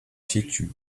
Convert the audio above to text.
situe